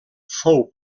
fou